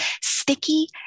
sticky